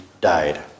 died